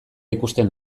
ikusten